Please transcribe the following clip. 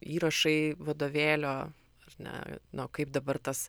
įrašai vadovėlio ar ne nu kaip dabar tas